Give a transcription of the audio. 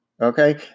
Okay